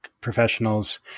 professionals